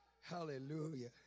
Hallelujah